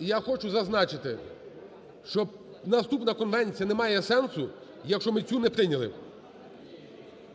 І я хочу зазначити, що наступна конвенція немає сенсу, якщо ми цю не прийняли,